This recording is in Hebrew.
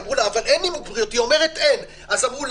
אמרו לה: אבל אין נימוק בריאותי, היא אומרת: אין.